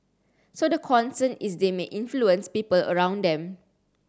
so the concern is they may influence people around them